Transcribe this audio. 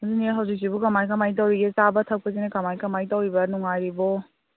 ꯑꯗꯨꯅꯦ ꯍꯧꯖꯤꯛꯁꯤꯕꯨ ꯀꯃꯥꯏ ꯀꯃꯥꯏ ꯇꯧꯔꯤꯒꯦ ꯆꯥꯕ ꯊꯛꯄꯁꯤꯅ ꯀꯃꯥꯏ ꯀꯃꯥꯏ ꯇꯧꯔꯤꯕ ꯅꯨꯡꯉꯥꯏꯔꯤꯕꯣ